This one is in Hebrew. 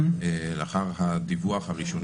אנחנו במצב בלתי מתקבל על הדעת,